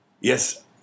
Yes